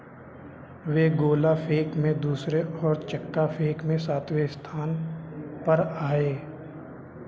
वे गोला फेंक में दूसरे और चक्का फेंक में सातवें स्थान पर आए